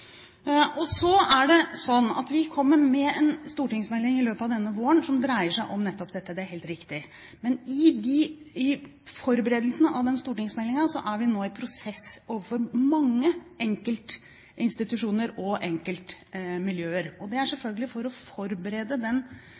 Vi kommer med en stortingsmelding i løpet av denne våren som dreier seg om nettopp dette – det er helt riktig. Men i forberedelsene av den stortingsmeldingen er vi nå i prosess overfor mange enkeltinstitusjoner og enkeltmiljøer. Det er selvfølgelig for å forberede den